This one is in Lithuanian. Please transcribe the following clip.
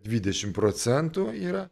dvidešimt procentų yra